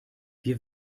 wir